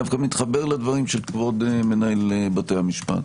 מתחבר לדברים של מנהל בתי המשפט,